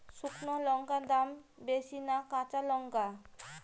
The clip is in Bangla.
শুক্নো লঙ্কার দাম বেশি না কাঁচা লঙ্কার?